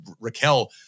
Raquel